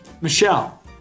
Michelle